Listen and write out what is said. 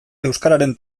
euskararen